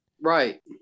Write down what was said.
Right